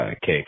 Cake